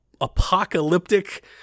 apocalyptic